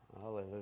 Hallelujah